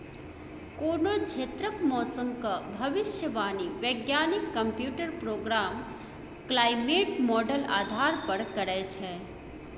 कोनो क्षेत्रक मौसमक भविष्यवाणी बैज्ञानिक कंप्यूटर प्रोग्राम क्लाइमेट माँडल आधार पर करय छै